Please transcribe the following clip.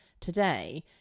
today